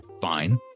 Fine